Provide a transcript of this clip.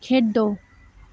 खेढो